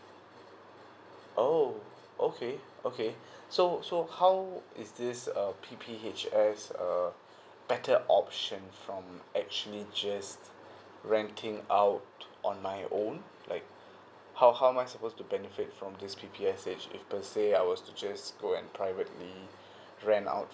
oh okay okay so so how is this uh P_P_H_S uh better option from actually just renting out on my own like how how am I supposed to benefit from this P_P_H_S if per say I was to just go and privately rent out